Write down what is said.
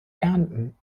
ernten